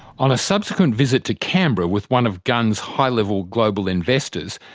on a subsequent visit to canberra with one of gunns' high level global investors,